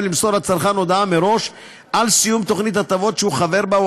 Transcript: למסור לצרכן הודעה מראש על סיום תוכנית הטבות שהוא חבר בה או